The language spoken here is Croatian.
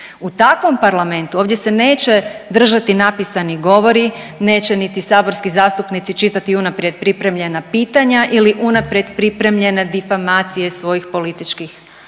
U takvom parlamentu ovdje se neće držati napisani govori, neće niti saborski zastupnici čitati unaprijed pripremljena pitanja ili unaprijed pripremljene difamacije svojih političkih